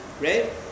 right